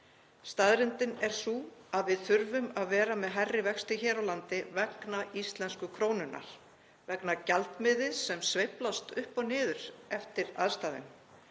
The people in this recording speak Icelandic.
Staðreyndin er hins vegar sú að við þurfum að vera með hærri vexti hér á landi vegna íslensku krónunnar, vegna gjaldmiðils sem sveiflast upp og niður eftir aðstæðum.